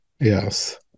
yes